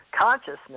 consciousness